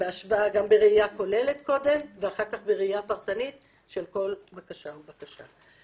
בראיה כוללת ובראיה פרטנית של כל בקשה ובקשה.